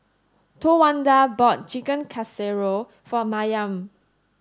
Towanda bought Chicken Casserole for Mariam